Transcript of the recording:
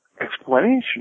explanation